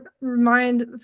remind